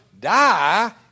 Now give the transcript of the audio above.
die